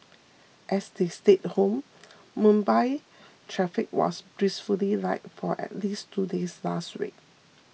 as they stayed home Mumbai's traffic was blissfully light for at least two days last week